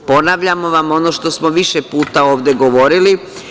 Ponavljamo vam ono što smo više puta ovde govorili.